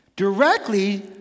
Directly